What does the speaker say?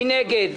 מי נגד?